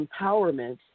empowerment